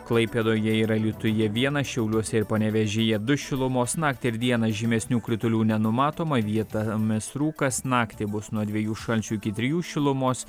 klaipėdoje ir alytuje vienas šiauliuose ir panevėžyje du šilumos naktį ir dieną žymesnių kritulių nenumatoma vietomis rūkas naktį bus nuo dviejų šalčio iki trijų šilumos